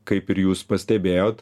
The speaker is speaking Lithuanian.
kaip ir jūs pastebėjot